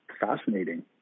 fascinating